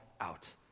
out